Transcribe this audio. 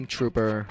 Trooper